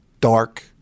dark